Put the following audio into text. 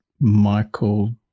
Michael